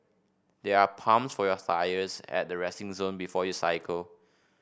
there are pumps for your tyres at the resting zone before you cycle